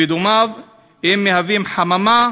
מהווים חממה